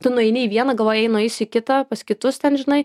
tu nueini į vieną galvoji ei nueisi kitą pas kitus ten žinai